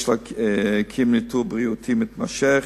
יש לקיים ניטור בריאותי מתמשך